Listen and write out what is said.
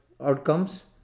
outcomes